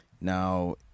Now